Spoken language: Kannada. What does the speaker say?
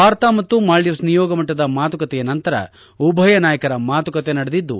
ಭಾರತ ಮತ್ತು ಮಾಲ್ಡೀವ್ಸ್ ನಿಯೋಗ ಮಟ್ಟದ ಮಾತುಕತೆಯ ನಂತರ ಉಭಯ ನಾಯಕರ ಮಾತುಕತೆ ನಡೆದಿದ್ದು